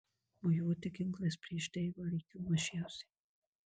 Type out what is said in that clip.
mojuoti ginklais prieš deivą reikėjo mažiausiai